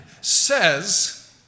says